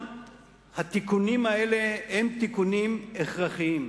והתיקונים האלה הם אומנם תיקונים הכרחיים.